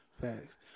Facts